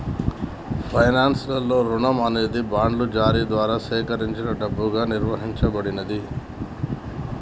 finance లలో రుణం అనేది బాండ్ల జారీ ద్వారా సేకరించిన డబ్బుగా నిర్వచించబడినాది